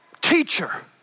teacher